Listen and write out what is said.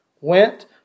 went